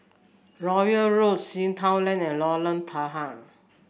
Royal Road Sea Town Lane and Lorong Tahar